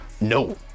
No